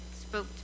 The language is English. spoke